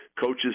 coaches